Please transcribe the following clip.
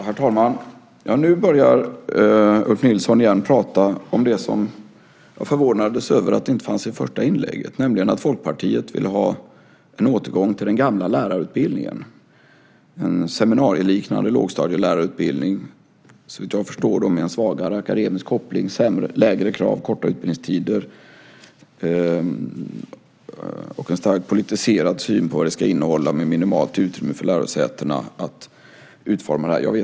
Herr talman! Nu börjar Ulf Nilsson prata om det som jag förvånades över inte fanns med i det första inlägget, nämligen att Folkpartiet vill ha en återgång till den gamla lärarutbildningen - en seminarieliknande lågstadielärarutbildning, såvitt jag förstår med en svagare akademisk koppling, lägre krav, korta utbildningstider och en starkt politiserad syn på vad det ska innehålla samt med minimalt utrymme för lärosätena att utforma den; jag vet inte.